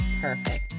perfect